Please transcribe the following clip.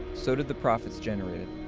so did the profits generated.